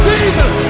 Jesus